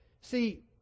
See